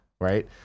right